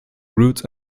roots